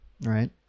Right